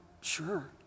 sure